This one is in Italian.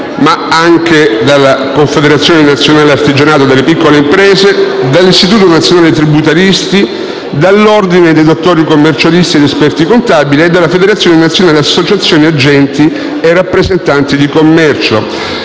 ma anche dalla Confederazione nazionale dell'artigianato e della piccola e media impresa, dall'Istituto nazionale tributaristi e dall'Ordine dei dottori commercialisti ed esperti contabili e dalla Federazione nazionale associazioni agenti e rappresentanti di commercio.